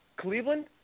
Cleveland